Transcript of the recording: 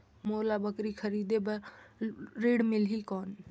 मोला बकरी खरीदे बार ऋण मिलही कौन?